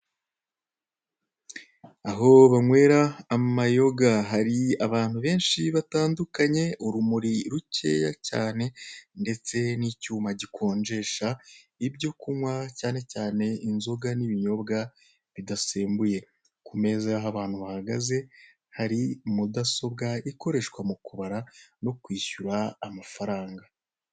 Aho banywera amayoga hari abantu benshi batandukanye urumuri rukeya cyane ndetse n'icyuma gikonjesha ibyo kunywa cyane cyane inzoga n'ibinyobwa bidasembuye. Ku meza aho abantu bahagaze hari mudasobwa ikoreshwa mu kubara no kwishyura amafaranga.